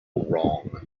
wrong